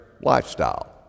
lifestyle